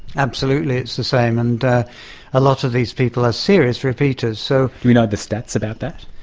absolutely it's the same, and a lot of these people are serious repeaters. so do we know the stats about that?